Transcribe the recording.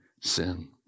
sin